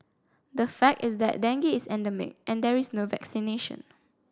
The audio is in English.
the fact is that dengue is endemic and there is no vaccination